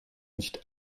nicht